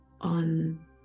on